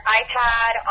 iPad